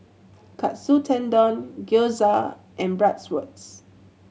Katsu Tendon Gyoza and Bratwurst